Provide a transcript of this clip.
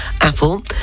Apple